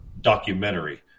documentary